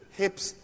hips